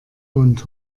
und